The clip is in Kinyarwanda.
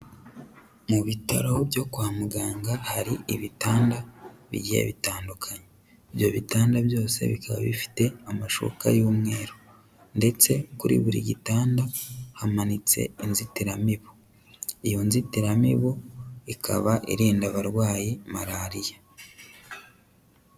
Mu bitaro byo kwa muganga hari ibitanda bigiye bitandukanye, ibyo bitanda byose bikaba bifite amashuka y'umweru, ndetse kuri buri gitanda hamanitse inzitiramibu, iyo nzitiramibu ikaba irinda abarwayi Malariya.